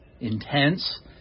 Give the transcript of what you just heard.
intense